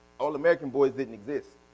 all american boys didn't exist.